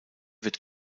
wird